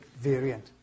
variant